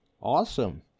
Awesome